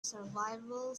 survival